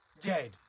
dead